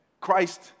Christ